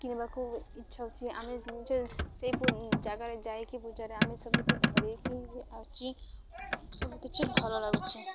କିଣିବାକୁ ଇଚ୍ଛା ହେଉଛି ଆମେ ନିଜ ସେଇ ଜାଗାରେ ଯାଇକି ପୂଜାରେ ଆମେ ସବୁକିଛି ଧରିକି ଆସୁଛି ସବୁ କିିଛି ଭଲ ଲାଗୁଛି